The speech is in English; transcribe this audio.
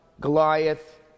Goliath